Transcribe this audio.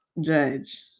judge